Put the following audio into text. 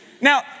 Now